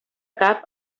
cap